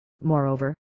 Moreover